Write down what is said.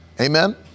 Amen